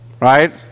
Right